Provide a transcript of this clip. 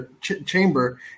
chamber